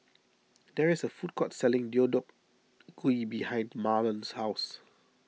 there is a food court selling Deodeok Gui behind Mahlon's house